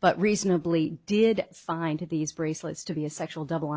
but reasonably did find these bracelets to be a sexual double